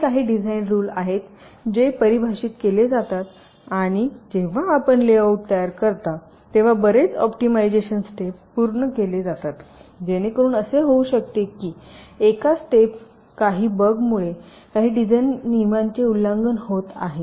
हे काही design rule आहेत जे परिभाषित केले जातात आणि जेव्हा आपण लेआउट तयार करता तेव्हा बरेच ऑप्टिमायझेशन स्टेप पूर्ण केले जातात जेणेकरून असे होऊ शकते की एका स्टेप काही बगमुळे काही डिझाइन नियमांचे उल्लंघन होत आहे